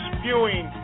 Spewing